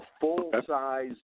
full-size